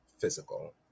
physical